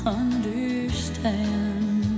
understand